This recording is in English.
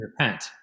repent